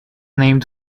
named